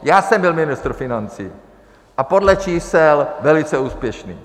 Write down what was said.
Já jsem byl ministr financí a podle čísel velice úspěšný.